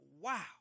wow